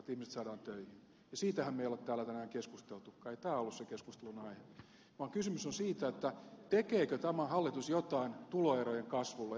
ja siitähän me emme ole täällä tänään keskustelleetkaan ei tämä ole ollut se keskustelun aihe vaan kysymys on siitä tekeekö tämä hallitus jotain tuloerojen kasvulle ja onko tämä ongelma